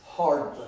hard